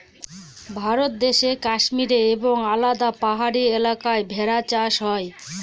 ভারত দেশে কাশ্মীরে এবং আলাদা পাহাড়ি এলাকায় ভেড়া চাষ হয়